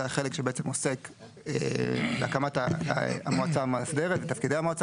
זה החלק שעוסק בהקמת המועצה המאסדרת ובתפקידי המועצה